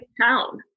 town